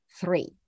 Three